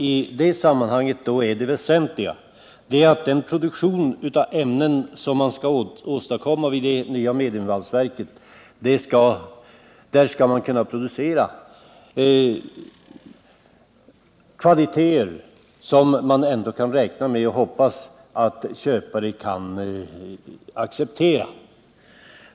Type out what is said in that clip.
I det sammanhanget är det väsentliga att det nya mediumvalsverket skall kunna producera kvaliteter som man kan räkna med att köpare efterfrågar.